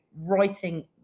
writing